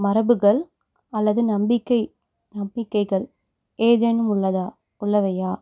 மரபுகள் அல்லது நம்பிக்கை நம்பிக்கைகள் ஏதேனும் உள்ளதா உள்ளவையா